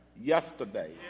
yesterday